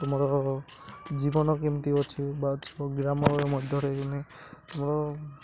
ତୁମର ଜୀବନ କେମିତି ଅଛି ବା ଗ୍ରାମରେ ମଧ୍ୟରେ ତମର